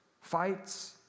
fights